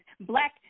black